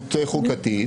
בזכות חוקתית?